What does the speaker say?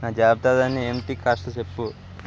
నా జాబితాలన్నీ ఏమిటి కాస్త చెప్పు